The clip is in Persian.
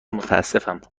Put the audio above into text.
متاسفم